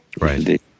Right